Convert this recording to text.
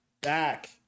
back